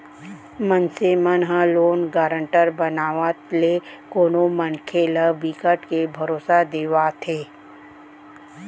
मनसे मन ह लोन गारंटर बनावत ले कोनो मनखे ल बिकट के भरोसा देवाथे